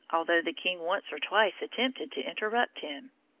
although the king once or twice attempted to interrupt him.